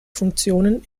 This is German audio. funktionen